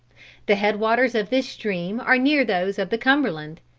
the head waters of this stream are near those of the cumberland.